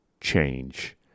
change